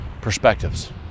perspectives